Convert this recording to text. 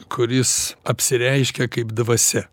kuris apsireiškia kaip dvasia